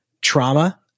trauma